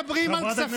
אתם מתעמרים בהם.